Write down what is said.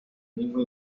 mismo